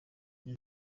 iyi